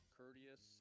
courteous